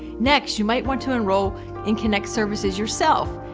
next, you might want to enroll in kynect services yourself.